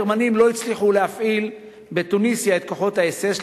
הגרמנים לא הצליחו להפעיל בתוניסיה את כוחות האס.אס